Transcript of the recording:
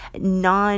non-